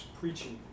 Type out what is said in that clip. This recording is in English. preaching